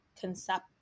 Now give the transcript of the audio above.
concept